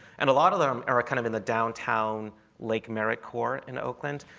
and a lot of them are kind of in the downtown like mericourt in oakland,